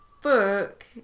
book